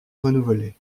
renouvelé